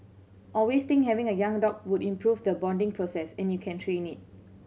always think having a young dog would improve the bonding process and you can train it